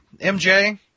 MJ